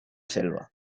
selva